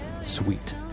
sweet